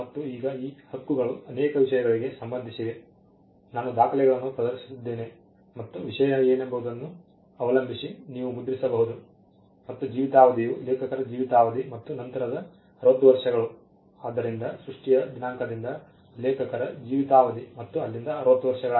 ಮತ್ತು ಈಗ ಈ ಹಕ್ಕುಗಳು ಅನೇಕ ವಿಷಯಗಳಿಗೆ ಸಂಬಂಧಿಸಿವೆ ನಾನು ದಾಖಲೆಗಳನ್ನು ಪ್ರದರ್ಶಿಸಿದ್ದೇನೆ ಮತ್ತು ವಿಷಯ ಏನೆಂಬುದನ್ನು ಅವಲಂಬಿಸಿ ನೀವು ಮುದ್ರಿಸಬಹುದು ಮತ್ತು ಜೀವಿತಾವಧಿಯು ಲೇಖಕರ ಜೀವಿತಾವಧಿ ಮತ್ತು ನಂತರದ 60 ವರ್ಷಗಳು ಆದ್ದರಿಂದ ಸೃಷ್ಟಿಯ ದಿನಾಂಕದಿಂದ ಲೇಖಕರ ಜೀವಿತಾವಧಿ ಮತ್ತು ಅಲ್ಲಿಂದ 60 ವರ್ಷಗಳು